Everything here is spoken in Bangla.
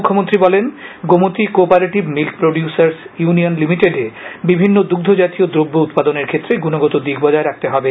মুখ্যমন্ত্রী বলেন Gomati cooperative milk producers union লিমিটেডে বিভিন্ন দুগ্ধ জাতীয় দ্রব্য উৎপাদনের ক্ষেত্রে গুণগত দিক বজায় রাখতে হবে